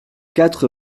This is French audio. quatre